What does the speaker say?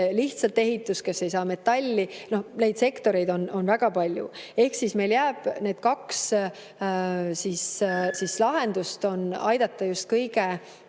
lihtsalt ehitus, kes ei saa metalli. Neid sektoreid on väga palju. Nii et meile jäävad need kaks lahendust: aidata just kõige